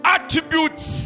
Attributes